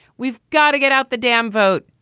we've got to get out the damn vote.